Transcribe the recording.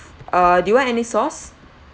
uh do you want any sauce